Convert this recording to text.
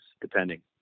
depending